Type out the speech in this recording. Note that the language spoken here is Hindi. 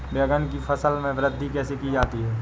बैंगन की फसल में वृद्धि कैसे की जाती है?